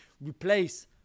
replace